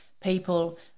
people